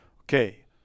Okay